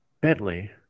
Bentley